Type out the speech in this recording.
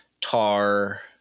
Tar